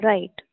Right